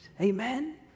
Amen